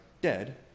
dead